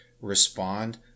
respond